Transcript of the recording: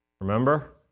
Remember